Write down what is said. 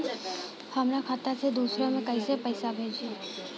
हमरा खाता से दूसरा में कैसे पैसा भेजाई?